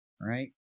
right